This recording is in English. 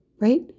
right